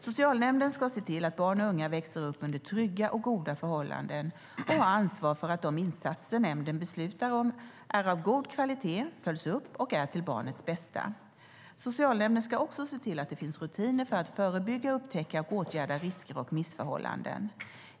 Socialnämnden ska se till att barn och unga växer upp under trygga och goda förhållanden och har ansvar för att de insatser som nämnden beslutar om är av god kvalitet, följs upp och är till barnets bästa. Socialnämnden ska också se till att det finns rutiner för att förebygga, upptäcka och åtgärda risker och missförhållanden.